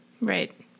Right